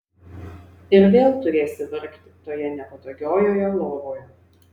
ir vėl turėsiu vargti toje nepatogiojoje lovoje